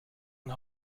and